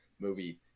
movie